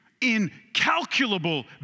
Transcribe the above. incalculable